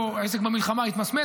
במלחמה העסק קצת התמסמס.